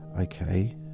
okay